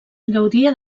gaudia